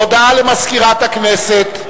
הודעה למזכירת הכנסת.